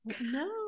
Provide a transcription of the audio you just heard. no